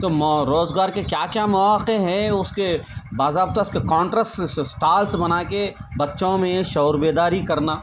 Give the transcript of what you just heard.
تو روزگار کے کیا کیا مواقع ہے اس کے باضابطہ اس کے کونٹراسٹس ٹولس بنا کے بچوں میں شعور بیداری کرنا